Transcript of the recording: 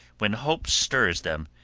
when hope stirs them,